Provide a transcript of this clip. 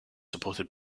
supported